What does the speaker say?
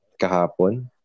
kahapon